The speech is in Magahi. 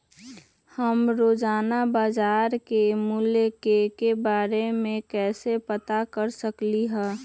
हम रोजाना बाजार के मूल्य के के बारे में कैसे पता कर सकली ह?